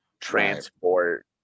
transport